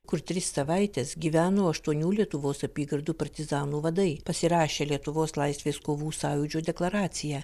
kur tris savaites gyveno aštuonių lietuvos apygardų partizanų vadai pasirašė lietuvos laisvės kovų sąjūdžio deklaraciją